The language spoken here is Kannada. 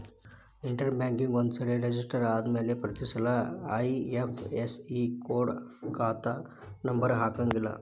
ಇಂಟ್ರಾ ಬ್ಯಾಂಕ್ನ್ಯಾಗ ಒಂದ್ಸರೆ ರೆಜಿಸ್ಟರ ಆದ್ಮ್ಯಾಲೆ ಪ್ರತಿಸಲ ಐ.ಎಫ್.ಎಸ್.ಇ ಕೊಡ ಖಾತಾ ನಂಬರ ಹಾಕಂಗಿಲ್ಲಾ